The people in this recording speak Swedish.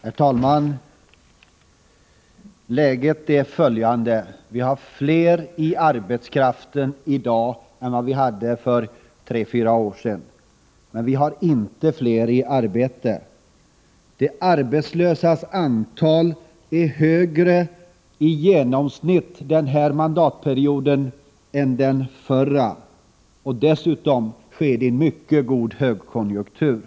Herr talman! Läget är följande: Vi har mer arbetskraft i dag än vi hade för tre fyra år sedan, men vi har inte fler i arbete. De arbetslösas antal är i genomsnitt högre den här mandatperioden än under den förra — och detta trots en mycket stark högkonjunktur.